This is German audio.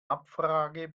abfrage